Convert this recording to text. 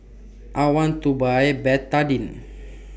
I want to Buy Betadine